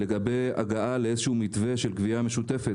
לגבי הגעה לאיזשהו מתווה של גבייה משותפת.